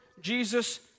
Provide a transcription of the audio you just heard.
Jesus